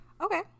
Okay